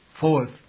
Fourth